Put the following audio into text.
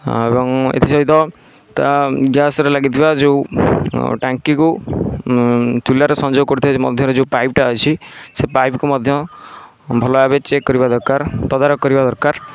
ଏବଂ ଏଥିସହିତ ତା ଗ୍ୟାସ୍ରେ ଲାଗିଥିବା ଯେଉଁ ଟାଙ୍କିକୁ ଚୁଲାରେ ସଂଯୋଗ କରୁଥିବା ମଧ୍ୟରେ ଯେଉଁ ପାଇପ୍ଟା ଅଛି ସେ ପାଇପ୍କୁ ମଧ୍ୟ ଭଲଭାବେ ଚେକ୍ କରିବା ଦରକାର ତଦାରଖ କରିବା ଦରକାର